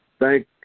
Thank